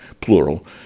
plural